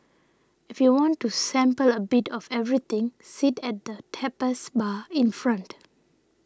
if you want to sample a bit of everything sit at the tapas bar in front